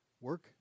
Work